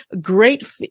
great